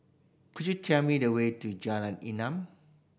could you tell me the way to Jalan Enam